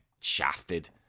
shafted